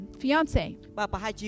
fiance